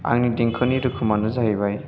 आंनि देंखोनि रोखोमानो जाहैबाय